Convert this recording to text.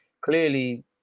clearly